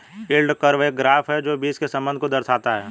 yield curve एक graph है जो बीच के संबंध को दर्शाता है